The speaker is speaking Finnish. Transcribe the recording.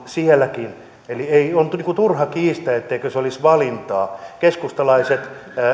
sielläkin eli on turha kiistää etteikö se olisi valintaa keskustalaiset